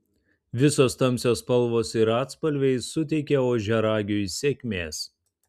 visos tamsios spalvos ir atspalviai suteikia ožiaragiui sėkmės